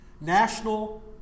National